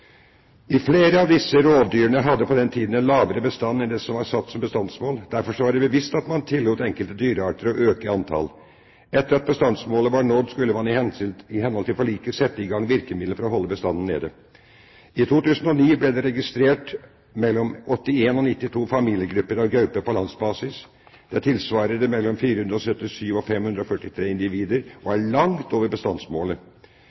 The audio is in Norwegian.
Flere av disse rovdyrene hadde på den tiden en lavere bestand enn det som var satt som bestandsmål. Derfor var det bevisst at man tillot enkelte dyrearter å øke i antall. Etter at bestandsmålet var nådd, skulle man i henhold til forliket sette i gang virkemiddel for å holde bestanden nede. I 2009 ble det registrert mellom 81 og 92 familiegrupper av gaupe på landsbasis. Det tilsvarer mellom 477 og 543 individer, og